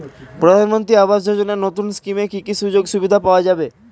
প্রধানমন্ত্রী আবাস যোজনা নতুন স্কিমে কি কি সুযোগ সুবিধা পাওয়া যাবে?